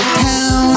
town